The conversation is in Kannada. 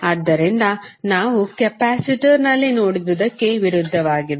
ಆದ್ದರಿಂದ ನಾವು ಕೆಪಾಸಿಟರ್ನಲ್ಲಿ ನೋಡಿದದಕ್ಕೆ ವಿರುದ್ಧವಾಗಿದೆ